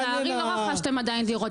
לצערי, עדיין לא רכשתם דירות.